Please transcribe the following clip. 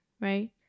right